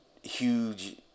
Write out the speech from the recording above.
huge